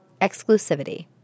Exclusivity